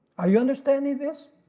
are you understanding this?